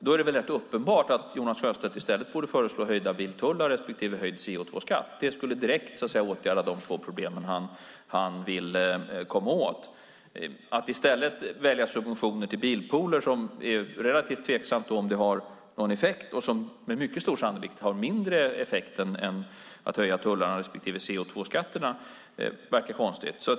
Då är det rätt uppenbart att Jonas Sjöstedt i stället borde föreslå höjda biltullar respektive höjd CO2-skatt. Det skulle direkt åtgärda de två problem han vill komma åt. Att i stället välja subventioner till bilpooler, som har en relativt tveksam effekt och som med mycket stor sannolikhet har mindre effekt än höjda tullar respektive höjd CO2-skatt, verkar konstigt.